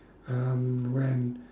um when